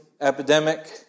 epidemic